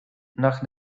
nach